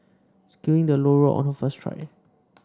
scaling the low rope on her first try